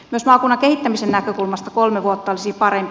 myös maakunnan kehittämisen näkökulmasta kolme vuotta olisi parempi